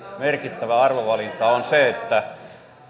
merkittävä arvovalinta on se että